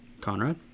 Conrad